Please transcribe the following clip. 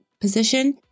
position